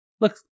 look